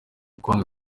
kwanga